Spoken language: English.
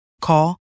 Call